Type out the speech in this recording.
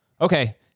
Okay